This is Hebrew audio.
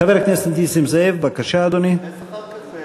חבר הכנסת נסים זאב, בבקשה, אדוני.